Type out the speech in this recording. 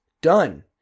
done